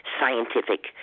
scientific